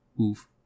Oof